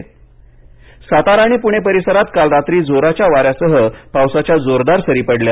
पाऊस सातारा आणि पुणे परिसरात काल रात्री जोराच्या वाऱ्यासह पावसाच्या जोरदार सरी पडल्या